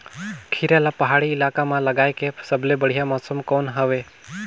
खीरा ला पहाड़ी इलाका मां लगाय के सबले बढ़िया मौसम कोन हवे?